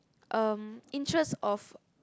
um interest of